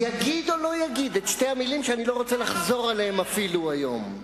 יגיד או לא יגיד את שתי המלים שאני לא רוצה לחזור עליהן אפילו היום?